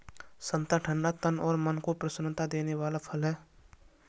संतरा ठंडा तन और मन को प्रसन्नता देने वाला फल है